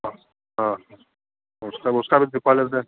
हाँ और उसका उसका भी लेते